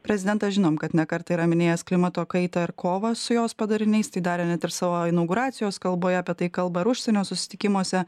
prezidentas žinom kad ne kartą yra minėjęs klimato kaitą ir kovą su jos padariniais tai darė net ir savo inauguracijos kalboje apie tai kalba ir užsienio susitikimuose